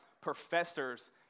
professors